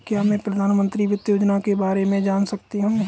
क्या मैं प्रधानमंत्री वित्त योजना के बारे में जान सकती हूँ?